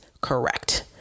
Correct